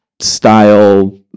style